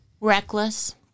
reckless